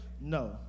No